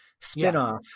spinoff